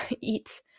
eat